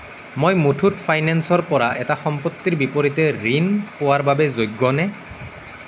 মই মুথুট ফাইনেন্সৰ পৰা এটা সম্পত্তিৰ বিপৰীতে ঋণ পোৱাৰ বাবে যোগ্যনে